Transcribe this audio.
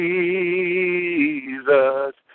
Jesus